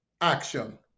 action